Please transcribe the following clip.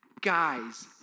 Guys